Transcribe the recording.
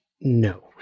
no